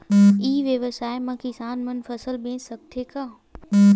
ई व्यवसाय म किसान मन फसल बेच सकथे का?